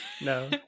No